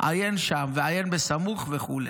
עיין שם ועיין בסמוך" וכו'.